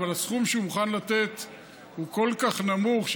אבל הסכום שהוא מוכן לתת הוא כל כך נמוך,